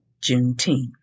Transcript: Juneteenth